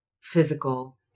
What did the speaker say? physical